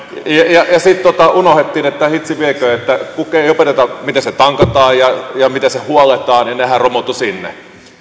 ja sitten unohdettiin hitsi vieköön opettaa miten ne tankataan ja ja miten ne huolletaan ja nehän romuttuivat sinne